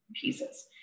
pieces